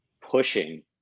pushing